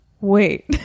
wait